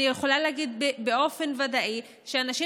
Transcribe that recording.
אני יכולה להגיד באופן ודאי שאנשים